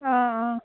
অঁ অঁ